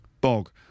Bog